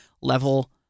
level